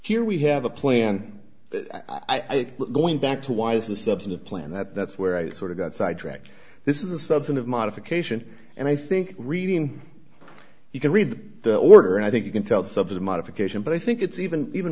here we have a plan i think going back to why as a subset of plan that that's where i sort of got sidetracked this is a subset of modification and i think reading you can read the order and i think you can tell the modification but i think it's even even